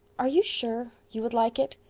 are you sure. you would like it?